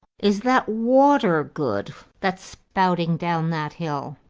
is that water good that's spouting down that hill?